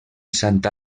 santa